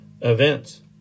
events